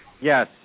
Yes